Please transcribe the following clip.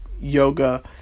Yoga